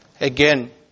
Again